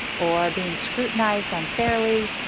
or being scrutinized unfairly.